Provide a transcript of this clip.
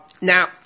Now